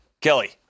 Kelly